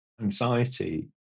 anxiety